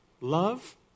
love